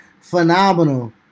phenomenal